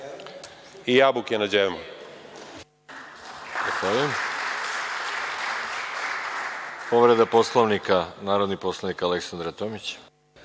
I jabuke na Đermu.